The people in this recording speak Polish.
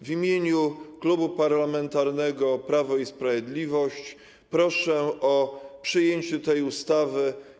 W imieniu Klubu Parlamentarnego Prawo i Sprawiedliwość proszę o przyjęcie tej ustawy.